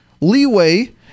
leeway